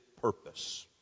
purpose